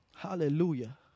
Hallelujah